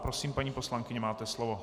Prosím, paní poslankyně, máte slovo.